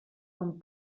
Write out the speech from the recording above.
son